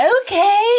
Okay